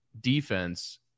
Defense